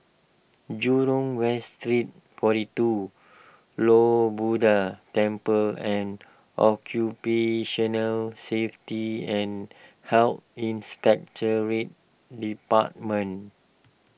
Jurong West Street forty two Lord Buddha Temple and Occupational Safety and Health Inspectorate Department